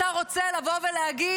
אתה רוצה להגיד: